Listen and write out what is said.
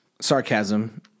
sarcasm